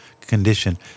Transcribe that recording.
condition